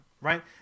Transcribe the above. right